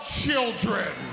children